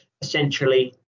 essentially